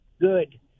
good